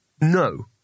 No